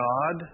God